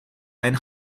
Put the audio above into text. ein